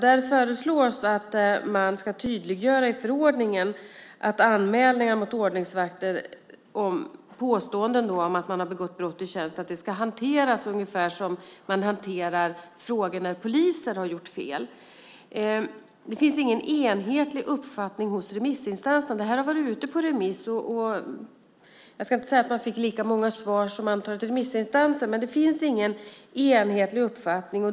Där föreslås att man i förordningen ska tydliggöra att anmälningar mot ordningsvakter som påstås ha begått brott i tjänsten ska hanteras ungefär som man hanterar frågor när poliser har gjort fel. Det finns ingen enhetlig uppfattning hos remissinstanserna. Det här har varit ute på remiss. Jag ska inte säga att man fick lika många olika svar som antalet remissinstanser, men det finns ingen enhetlig uppfattning.